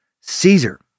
Caesar